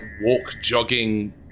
walk-jogging